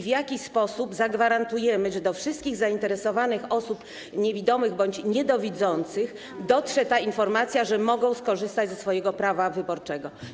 W jaki sposób zagwarantujemy, że do wszystkich zainteresowanych osób niewidomych bądź niedowidzących dotrze informacja, że mogą skorzystać ze swojego prawa wyborczego?